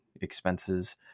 expenses